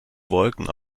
wolken